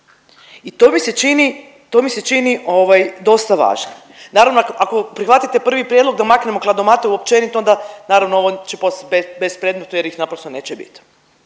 to mi se čini ovaj dosta važnost. Naravno ako prihvatite prvi prijedlog da maknemo kladomate općenito onda naravno ovo će postati bespredmetno jer ih naprosto neće biti.